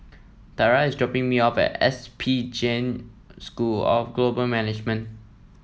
Tarah is dropping me off at S P Jain School of Global Management